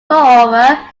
moreover